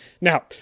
Now